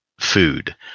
food